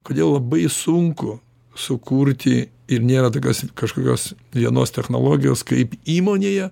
kodėl labai sunku sukurti ir nėra tokios kažkokios vienos technologijos kaip įmonėje